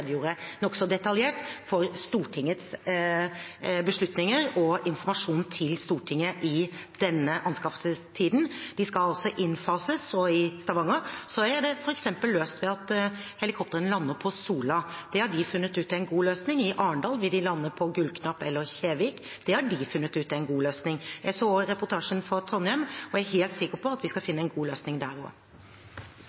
nokså detaljert for Stortingets beslutninger og informasjonen til Stortinget i denne anskaffelsestiden. De skal altså innfases, og i Stavanger er det f.eks. løst ved at helikoptrene lander på Sola. Det har de funnet ut er en god løsning. I Arendal vil de lande på Gullknapp eller Kjevik. Det har de funnet ut er en god løsning. Jeg så også den reportasjen fra Trondheim, og jeg er helt sikker på at vi skal